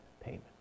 payment